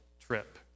trip